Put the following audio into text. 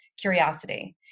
curiosity